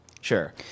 Sure